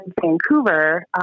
Vancouver